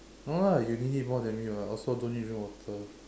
no lah you need it more than me [what] I also don't need to drink water